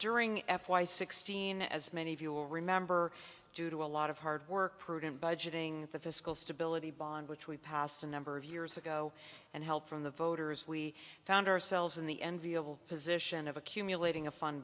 during f y sixteen as many of you will remember due to a lot of hard work prudent budgeting the fiscal stability bond which we passed a number of years ago and help from the voters we found ourselves in the enviable position of accumulating a fun